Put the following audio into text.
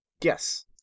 Yes